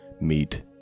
meet